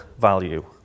value